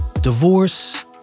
divorce